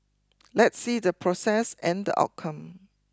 let's see the process and the outcome